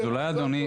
אז אולי אדוני,